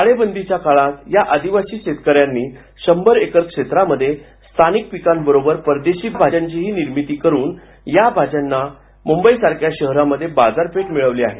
टाळेबंदीच्या काळात या आदिवासी शेतकऱ्यांनी शंभर एकर क्षेत्रामध्ये स्थानिक पिकांबरोबरच परदेशी भाज्यांची ही निर्मिती करून या भाज्यांना मुंबईसारख्या शहरांमध्ये बाजारपेठ मिळवली आहे